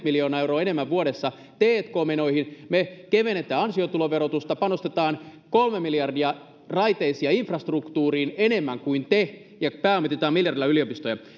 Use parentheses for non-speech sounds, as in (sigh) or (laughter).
(unintelligible) miljoonaa euroa enemmän vuodessa tk menoihin me kevennämme ansiotuloverotusta panostamme kolme miljardia raiteisiin ja infrastruktuuriin enemmän kuin te ja pääomitamme miljardilla yliopistoja